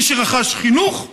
מי שרכש חינוך,